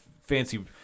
fancy